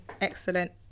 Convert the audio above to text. excellent